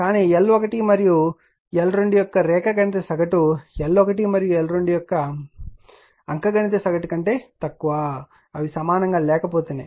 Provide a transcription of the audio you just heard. కానీ L1 మరియు L2 యొక్క రేఖాగణిత సగటు L1 మరియు L2యొక్క అంఖ్యగణిత సగటు కంటే తక్కువ అవి సమానంగా లేకపోతే